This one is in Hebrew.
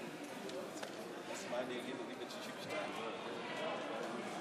כמי שכתב את התקנון אני סבור שהוא כן מאפשר לי.